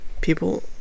people